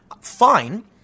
Fine